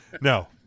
No